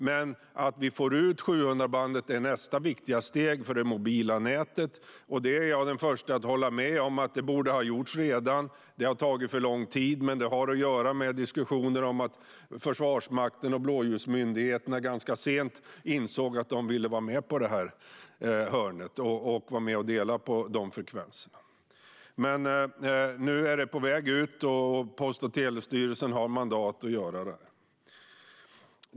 Men att vi får ut 700-bandet är nästa viktiga steg för det mobila nätet, och jag är den förste att hålla med om att det redan borde ha gjorts. Det har tagit för lång tid. Det har att göra med diskussioner med Försvarsmakten och blåljusmyndigheterna, som ganska sent insåg att de ville vara med på ett hörn och dela på de frekvenserna. Men nu är det på väg ut, och Post och telestyrelsen har mandat att göra det.